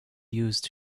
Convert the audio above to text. used